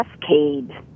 cascade